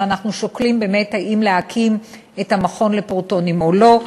אנחנו שוקלים באמת אם להקים את המכון לפרוטונים או לא.